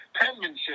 Penmanship